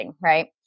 right